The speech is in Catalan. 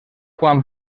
quan